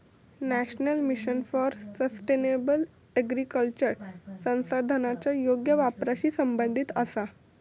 national mission for sustainable agriculture संसाधनांच्या योग्य वापराशी संबंधित आसा